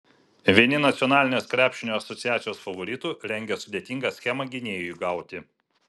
vieni nacionalinės krepšinio asociacijos favoritų rengia sudėtingą schemą gynėjui gauti